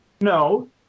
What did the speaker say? No